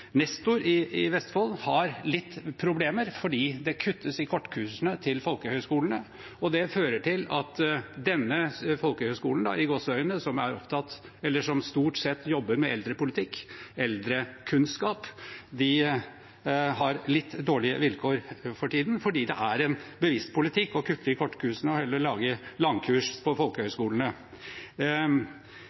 Nestor i Vestfold har litt problemer fordi det kuttes i kortkursene ved folkehøyskolene, og det fører til at denne folkehøyskolen, som stort sett jobber med eldrepolitikk, eldrekunnskap, har litt dårlige vilkår for tiden, for det er en bevisst politikk å kutte i kortkursene og heller lage langkurs på